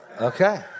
Okay